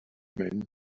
man